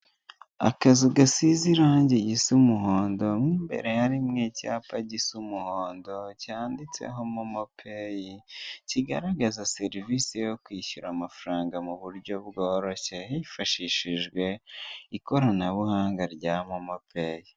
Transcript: Akazu gasize irangi risa umuhondo mu imbere harimo icyapa gisa umuhondo, cyanditseho momo peyi, kigaragaza serivisi yo kwishyura amafaranga mu buryo bworoshye, hifashishijwe ikoranabuhanga rya momo peyi.